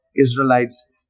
Israelites